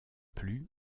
plus